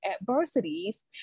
adversities